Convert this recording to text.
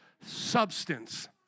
substance